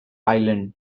island